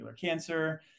cancer